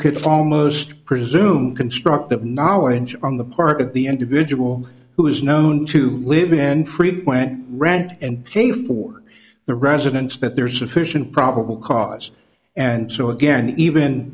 could almost presume constructive knowledge on the part of the individual who is known to live in and frequently rant and rave for the residents that there's sufficient probable cause and so again even